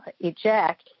eject